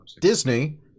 Disney